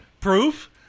Proof